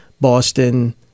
Boston